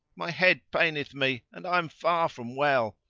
my head paineth me and i am far from well